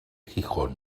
gijón